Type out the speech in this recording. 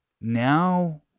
now